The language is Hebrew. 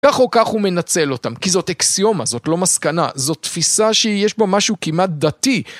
כך או כך הוא מנצל אותם. כי זאת אקסיומה, זאת לא מסקנה. זאת תפיסה שיש בה משהו כמעט דתי.